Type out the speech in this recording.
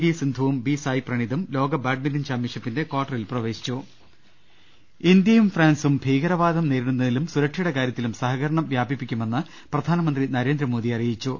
V സിന്ധുവും B സായ്പ്രണീതും ലോക ബാഡ്മിന്റൺ ചാമ്പ്യൻഷി പ്പിന്റെ കാർട്ടറിൽ പ്രവേശിച്ചു രുട്ട്ട്ട്ട്ട്ട്ട്ട്ട ഇന്ത്യയും ഫ്രാൻസും ഭീകരവാദം നേരിടുന്നതിലും സുരക്ഷയുടെ കാര്യ ത്തിലും സഹകരണം വ്യാപിപ്പിക്കുമെന്ന് പ്രധാനമന്ത്രി നരേന്ദ്രമോദി അറി യിച്ചു